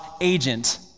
agent